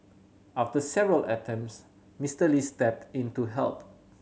after several attempts Mister Lee stepped in to help